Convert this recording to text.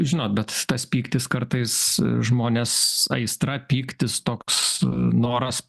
žinot bet tas pyktis kartais žmonės aistra pyktis toks noras